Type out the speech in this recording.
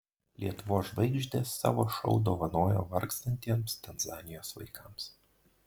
lietuvos žvaigždės savo šou dovanojo vargstantiems tanzanijos vaikams